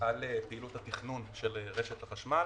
על פעילות התכנון של רשת החשמל